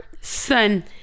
son